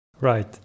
Right